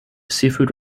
seafood